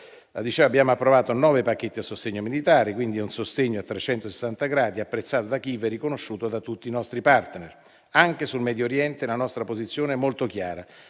abbiamo approvato nove pacchetti a sostegno militare, quindi è un sostegno a 360 gradi, apprezzato da Kiev e riconosciuto da tutti i nostri *partner.* Anche sul Medio Oriente la nostra posizione è molto chiara: